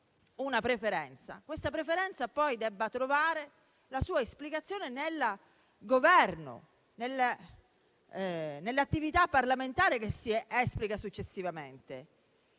del voto, tale preferenza poi debba trovare la sua esplicazione nel Governo e nell'attività parlamentare che si svolge successivamente.